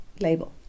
label